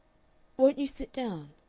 won't you sit down,